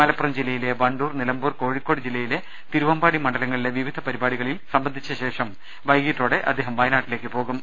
മലപ്പുറം ജില്ലയിലെ വണ്ടൂർ നിലമ്പൂർ കോഴിക്കോട് ജില്ലയിലെ തിരുവമ്പാടി മണ്ഡലങ്ങളിലെ വിവിധ പരിപാടികളിൽ സംബന്ധിച്ച ശേഷം വൈകീട്ടോടെ അദ്ദേഹം വയനാട്ടിലേക്ക് പോകും